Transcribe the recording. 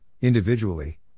individually